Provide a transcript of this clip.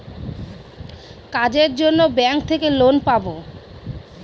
কাজের জন্য ব্যাঙ্ক থেকে লোন পাবো